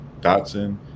Dotson